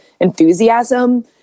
enthusiasm